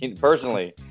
personally